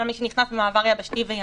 מי שנכנס לישראל דרך מעבר יבשתי או ימי.